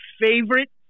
favorite